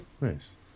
Nice